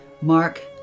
mark